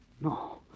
No